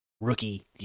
Rookie